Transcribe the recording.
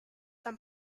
some